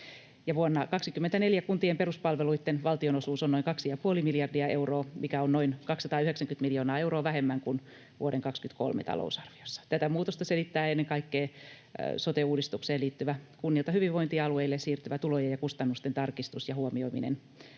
Vuonna 24 kuntien peruspalveluitten valtionosuus on noin 2,5 miljardia euroa, mikä on noin 290 miljoonaa euroa vähemmän kuin vuoden 23 talousarviossa. Tätä muutosta selittää ennen kaikkea sote-uudistukseen liittyvä, kunnilta hyvinvointialueille siirtyvä tulojen ja kustannusten tarkistus ja huomioiminen